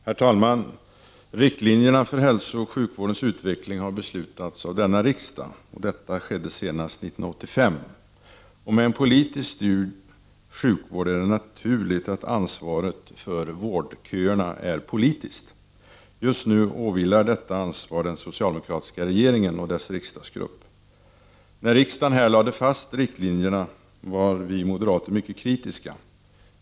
Herr talman! Riktlinjerna för hälsooch sjukvårdens utveckling har beslutats av denna riksdag, och det skedde senast år 1985. Med en politiskt styrd sjukvård är det naturligt att ansvaret för vårdköerna är politiskt. Just nu åvilar detta ansvar den socialdemokratiska regeringen och dess riksdagsgrupp. När riksdagen lade fast riktlinjerna var vi moderater mycket kritiska.